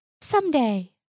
Someday